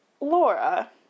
Laura